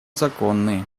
законные